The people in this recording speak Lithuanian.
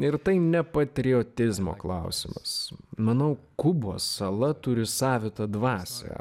ir tai ne patriotizmo klausimas manau kubos sala turi savitą dvasią